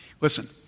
Listen